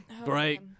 Right